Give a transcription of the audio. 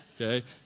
okay